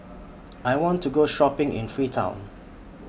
I want to Go Shopping in Freetown